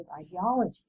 ideology